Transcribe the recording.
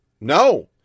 no